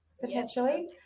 potentially